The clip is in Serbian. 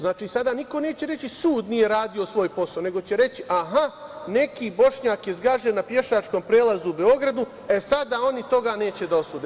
Znači, sada niko neće reći sud nije radio svoj posao, već će reći – aha, neki Bošnjak je zgažen na pešačkom prelazu u Beogradu i sada oni toga neće da osude.